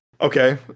okay